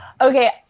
Okay